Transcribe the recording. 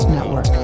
Network